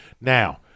Now